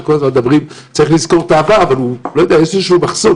כל הזמן אומרים שצריך לזכור את העבר אבל יש מחסום